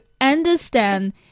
understand